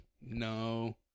No